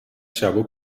شبا